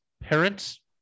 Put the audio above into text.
parents